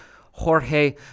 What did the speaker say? Jorge